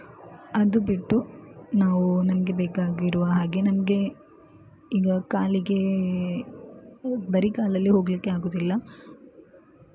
ಅದು ಬಿಟ್ಟು ನಾವು ನಮಗೆ ಬೇಕಾಗಿರುವ ಹಾಗೆ ನಮಗೆ ಈಗ ಕಾಲಿಗೆ ಬರೀ ಕಾಲಲ್ಲಿ ಹೋಗಲಿಕ್ಕೆ ಆಗುವುದಿಲ್ಲ